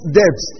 debt